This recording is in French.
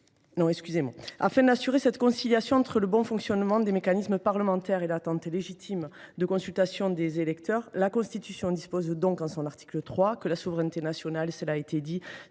la démocratie. Afin d’assurer cette conciliation entre le bon fonctionnement des mécanismes parlementaires et l’attente légitime de consultation des électeurs, la Constitution dispose donc non seulement, en son article 3, que la souveraineté nationale est